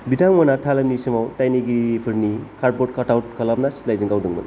बिथांमोनहा थालिमनि समाव दायनिगिरिफोरनि कार्डब'र्ड काटआउट खालामना सिलाइजों गावदोंमोन